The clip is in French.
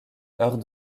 heures